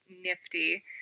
nifty